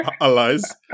allies